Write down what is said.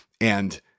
and-